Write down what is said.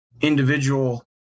individual